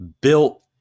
built